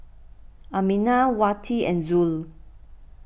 Aminah Wati and Zul